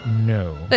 no